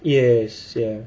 yes ya